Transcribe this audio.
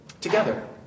together